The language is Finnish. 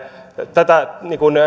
tätä